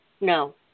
No